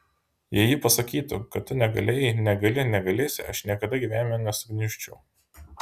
jei ji pasakytų kad tu negalėjai negali negalėsi aš niekada gyvenime nesugniužčiau